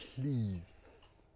please